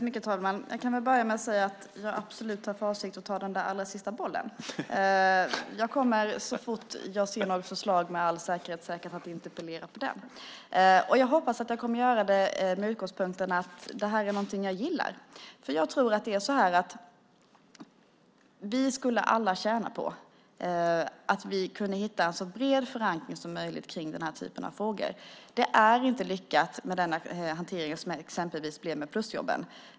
Herr talman! Jag kan börja med att säga att jag absolut har för avsikt att ta den där allra sista bollen. Jag kommer så fort jag ser något förslag med all säkerhet att interpellera på det. Jag hoppas att jag kommer att göra det med utgångspunkten att det är någonting jag gillar. Jag tror att vi alla skulle tjäna på att kunna hitta en så bred förankring som möjligt kring den här typen av frågor. Det är inte lyckat med den hantering som det blev exempelvis med plusjobben.